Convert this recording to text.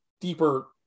deeper